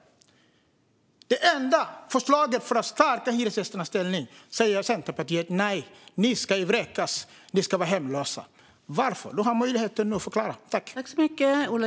Detta var det enda förslaget för att stärka hyresgästernas ställning, och då säger Centerpartiet: Nej, ni ska vräkas. Ni ska vara hemlösa. Varför? Du har nu möjlighet att förklara.